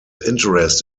interest